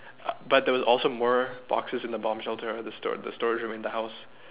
uh but there was also more boxes in the bomb shelter at the store the store room in the house